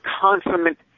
consummate